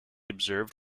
observed